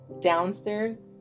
downstairs